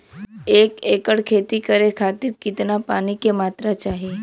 एक एकड़ खेती करे खातिर कितना पानी के मात्रा चाही?